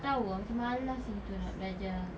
tak tahu ah macam malas gitu nak belajar